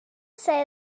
say